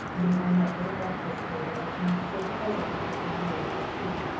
behind that little breakfast table which might so pleasantly have been laid for two.